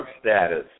status